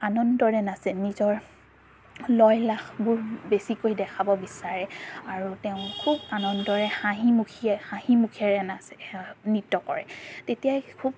আনন্দৰে নাচে নিজৰ লয়লাসবোৰ বেছিকৈ দেখাব বিচাৰে আৰু তেওঁ খুব আনন্দৰে হাঁহি মুখিয়ে হাঁহিমুখেৰে নাচে নৃত্য কৰে তেতিয়াই খুব